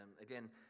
again